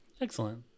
excellent